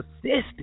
assistant